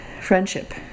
friendship